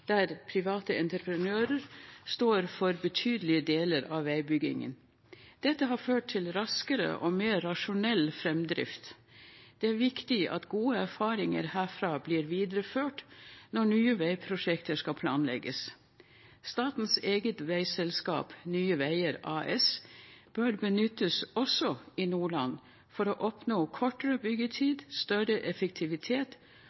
der private entreprenører står for betydelige deler av veibyggingen. Dette har ført til raskere og mer rasjonell framdrift. Det er viktig at gode erfaringer herfra blir videreført når nye veiprosjekter skal planlegges. Statens eget veiselskap, Nye Veier AS, bør benyttes også i Nordland for å oppnå kortere